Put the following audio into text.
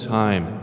time